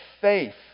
faith